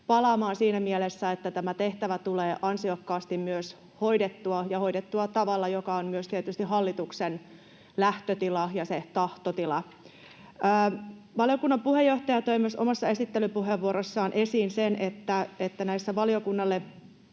palaamaan siinä mielessä, että tämä tehtävä tulee ansiokkaasti myös hoidettua ja hoidettua tavalla, joka on myös tietysti hallituksen lähtötila ja se tahtotila. Valiokunnan puheenjohtaja toi omassa esittelypuheenvuorossaan esiin myös sen, että näissä valiokunnalle